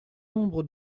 nombre